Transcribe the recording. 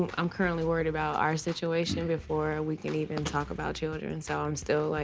i'm currently worried about our situation before we can even talk about children, so i'm still, like,